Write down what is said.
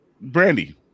Brandy